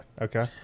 Okay